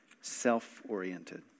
self-oriented